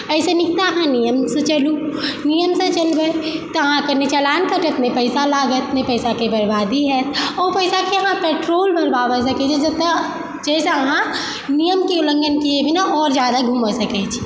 एहीसँ नीक तऽ अहाँ नियमसँ चलु नियमसँ चलबै तऽ अहाँकेँ ने चलान कटत ने पैसा लागत ने पैसाकेँ बर्बादी हैत आओर ओ पैसाके अहाँ पेट्रोल भरवा सकैत छी जतऽ जाहिसँ अहाँ नियमकेँ उल्लङ्घन किये बिना आओर ज्यादा घुमि सकै छी